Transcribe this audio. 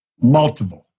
Multiple